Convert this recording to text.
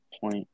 point